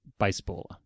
baseballer